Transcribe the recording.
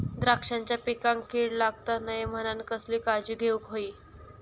द्राक्षांच्या पिकांक कीड लागता नये म्हणान कसली काळजी घेऊक होई?